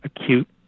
acute